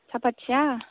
साफाथिया